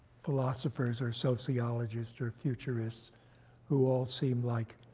philosophers or sociologists or futurists who all seem like